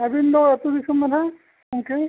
ᱟᱹᱵᱤᱱ ᱫᱚ ᱟᱛᱳ ᱫᱤᱥᱚᱢ ᱫᱚ ᱱᱟᱦᱟᱜ ᱜᱚᱢᱠᱮ